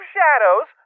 Shadows